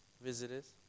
Visitors